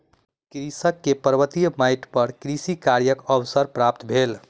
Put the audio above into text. कृषक के पर्वतीय माइट पर कृषि कार्यक अवसर प्राप्त भेल